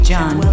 John